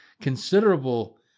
considerable